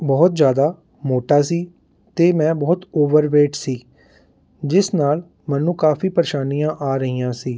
ਬਹੁਤ ਜ਼ਿਆਦਾ ਮੋਟਾ ਸੀ ਅਤੇ ਮੈਂ ਬਹੁਤ ਓਵਰਵੇਟ ਸੀ ਜਿਸ ਨਾਲ ਮੈਨੂੰ ਕਾਫ਼ੀ ਪਰੇਸ਼ਾਨੀਆਂ ਆ ਰਹੀਆਂ ਸੀ